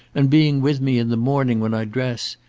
and being with me in the morning when i dress.